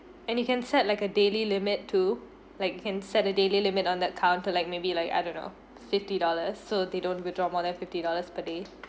and you can set like a daily limit too like you can set a daily limit on the counter like maybe like I don't know fifty dollars so they don't withdraw more than fifty dollars per day